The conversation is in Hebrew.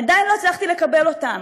עדיין לא הצלחתי לקבל אותן.